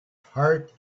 heart